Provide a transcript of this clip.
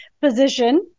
position